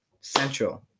Central